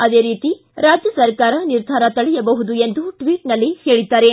ಅದೇ ರೀತಿಯಲ್ಲಿ ರಾಜ್ಯ ಸರ್ಕಾರ ನಿರ್ಧಾರ ತಳೆಯಬಹುದು ಎಂದು ಟ್ವಿಚ್ನಲ್ಲಿ ಹೇಳಿದ್ದಾರೆ